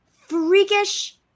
freakish